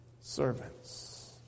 servants